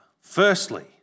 firstly